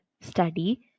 study